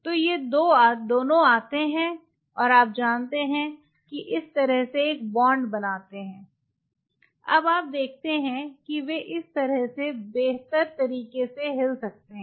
तो ये दो आते हैं और आप जानते हैं कि इस तरह से एक बॉन्ड बनता है अब आप देखते हैं कि वे इस तरह से बेहतर तरीके से हिल सकते हैं